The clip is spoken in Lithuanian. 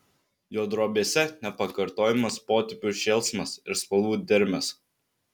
jo drobėse nepakartojamas potėpių šėlsmas ir spalvų dermės